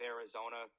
Arizona